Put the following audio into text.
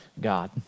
God